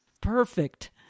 Perfect